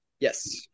Yes